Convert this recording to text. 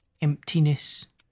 emptiness